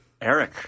Eric